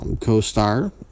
co-star